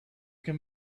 can